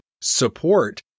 support